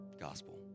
gospel